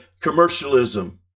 commercialism